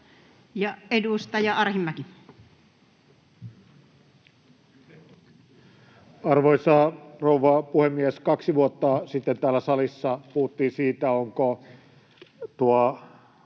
16:46 Content: Arvoisa rouva puhemies! Kaksi vuotta sitten täällä salissa puhuttiin siitä, onko tuo